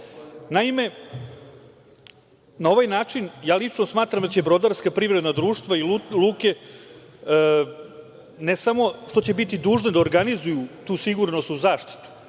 na ovaj način lično smatram da će brodarska privredna društva i luke, ne samo što će biti dužne da organizuju tu sigurnosnu zaštitu,